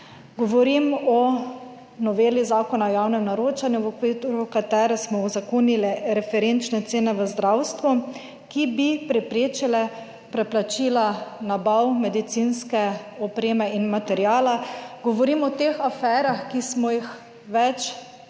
Govorim o noveli zakona o javnem naročanju, v okviru katere smo uzakonili referenčne cene v zdravstvu, ki bi preprečile preplačila nabav medicinske opreme in materiala. Govorim o teh aferah, ki smo jih več let